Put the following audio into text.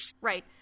Right